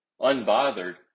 Unbothered